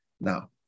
now